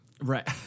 Right